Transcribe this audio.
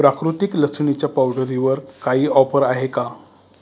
प्राकृतिक लसणीच्या पावडरवर काही ऑफर आहे का